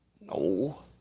No